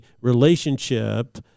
relationship